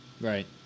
Right